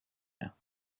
mehr